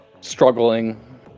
struggling